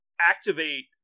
activate